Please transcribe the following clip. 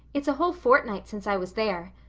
it's a whole fortnight since i was there.